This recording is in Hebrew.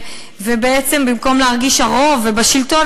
ובעצם במקום להרגיש הרוב ובשלטון,